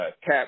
Cap